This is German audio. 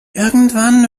irgendwann